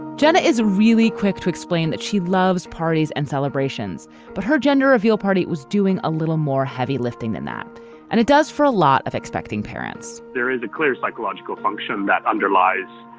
jenna is really quick to explain that she loves parties and celebrations but her gender of your party was doing a little more heavy lifting than that and it does for a lot of expecting parents there is a clear psychological function that underlies